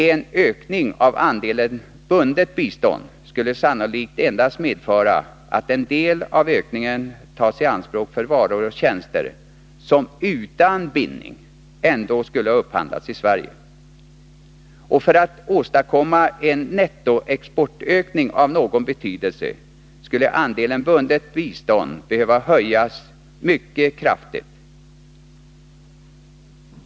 En ökning av andelen bundet bistånd skulle sannolikt endast medföra att en del av ökningen tas i anspråk för varor och tjänster som utan bindning ändå skulle ha upphandlats i Sverige. För åstadkommande av en nettoexportökning av någon betydelse skulle andelen bundet bistånd behöva höjas mycket kraftigt.